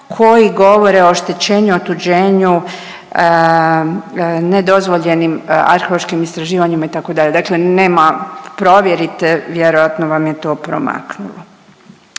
koji govore o oštećenju, otuđenju, nedozvoljenim arheološkim istraživanjima itd., dakle nema, provjerite vjerojatno vam je to promaknulo.